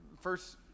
first